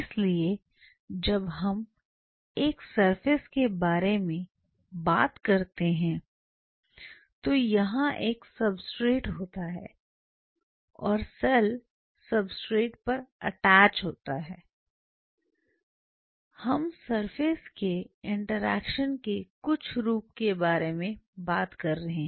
इसलिए जब हम एक सब्सट्रेट के बारे में बात करते हैं तो यहां एक सब्सट्रेट होता है और सेल सब्सट्रेट पर अटैच होते हैं हम सरफेस के इंटरैक्शन के कुछ रूप के बारे में बात कर रहे हैं